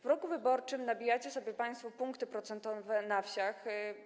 W roku wyborczym nabijacie sobie państwo punkty procentowe na wsiach.